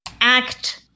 Act